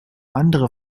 andere